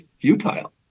futile